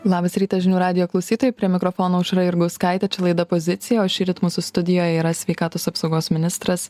labas rytas žinių radijo klausytojai prie mikrofono aušra jurgauskaitė čia laida pozicija o šįryt mūsų studijoje yra sveikatos apsaugos ministras